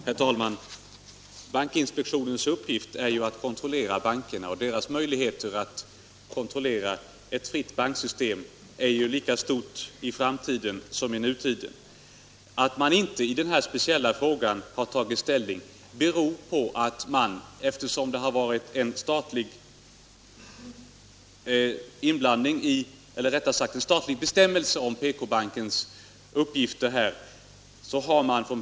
Herr talman! Bankinspektionens uppgift är ju att kontrollera bankerna, och dess möjligheter att kontrollera ett fritt banksystem är lika stora i framtiden som i nuläget. Att bankinspektionen inte har tagit ställning i den här speciella frågan beror på att det har funnits en statlig bestämmelse om PK-bankens uppgifter.